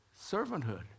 Servanthood